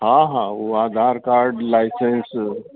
हा हा उहा आधार कार्ड लाइसेंस